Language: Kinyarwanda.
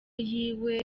yiwe